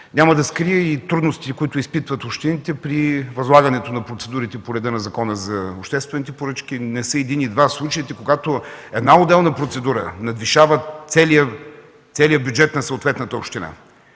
Няма да скрия и трудностите, които изпитват общините при възлагането на процедурите по реда на Закона за обществените поръчки. Не са един и два случаите, когато една отделна процедура надвишава целия бюджет на съответната община.